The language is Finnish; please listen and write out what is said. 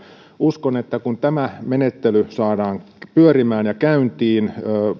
uskon että kun tämä menettely saadaan pyörimään ja käyntiin